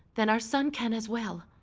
then our son can as well.